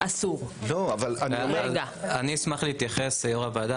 יו"ר הוועדה,